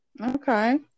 Okay